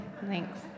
Thanks